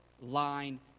line